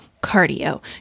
Cardio